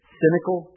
cynical